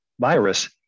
virus